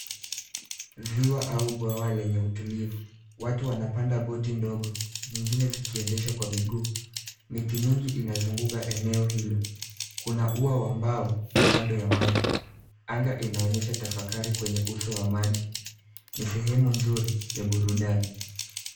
Ziwa au bwawa lenye utulivu. Watu wanapanda boti ndogo, nyingine zikiendeshwa kwa miguu. Miti mingi inazunguka eneo hilo. Kuna ua wa mbao kando ya maji. Anga inaonyesha tafakari kwenye uso wa maji. Ni sehemu nzuri ya burudani.